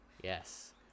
Yes